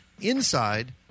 Inside